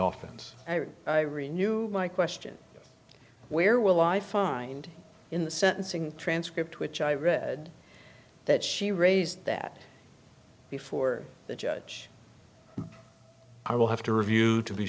office i renewed my question where will i find in the sentencing transcript which i read that she raised that before the judge i will have to review to be